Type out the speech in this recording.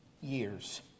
years